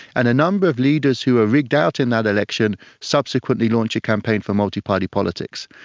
and a number of leaders who are rigged out in that election subsequently launched a campaign for multiparty politics.